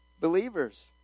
Believers